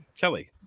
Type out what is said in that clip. Kelly